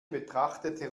betrachtete